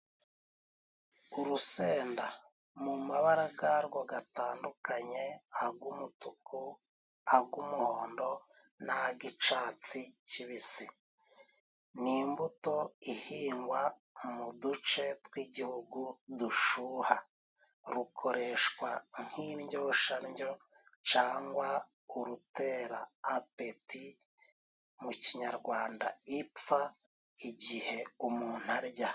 Urusenda mu mabaraga garwo gagatandukanye:ag'umutuku, ag'umuhondo n'ag'icatsi kibisi. Ni imbuto ihingwa mu duce tw'igihugu dushuha. Rukoreshwa nk'indyoshandyo cyangwa urutera apeti mu kinyarwanda ipfa igihe umuntu arya.